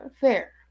fair